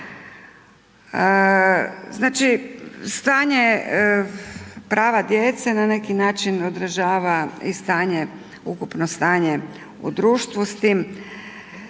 Znači stanje prava djece na neki način održava i stanje ukupno stanje u društvu, s tim,